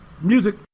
Music